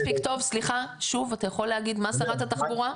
הזה --- שוב, אתה יכול להגיד מה שרת התחבורה?